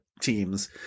teams